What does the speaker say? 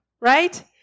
right